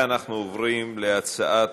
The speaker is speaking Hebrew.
אנחנו עוברים להצעת